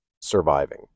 surviving